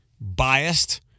biased